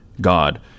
God